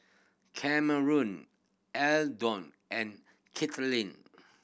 Cameron Eldon and Kaitlynn